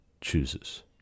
chooses